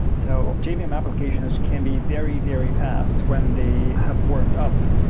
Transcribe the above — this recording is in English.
so jvm yeah applications can be very, very fast when they have warmed up.